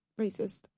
racist